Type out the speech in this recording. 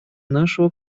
нашего